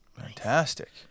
Fantastic